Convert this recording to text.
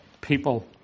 people